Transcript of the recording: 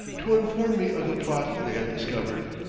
to inform me of the plot they had discovered.